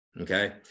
Okay